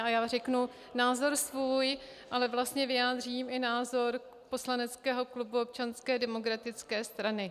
A já řeknu názor svůj, ale vlastně vyjádřím i názor poslaneckého klubu Občanské demokratické strany.